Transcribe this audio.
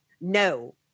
No